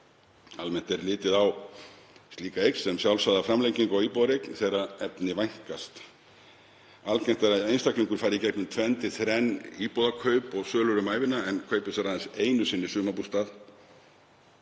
Almennt er litið á slíka eign sem sjálfsagða framlengingu á íbúðareign þegar efni vænkast. Algengt er að einstaklingur fari í gegnum tvenn til þrenn íbúðarkaup og -sölur um ævina en kaupi sér aðeins einu sinni sumarbústað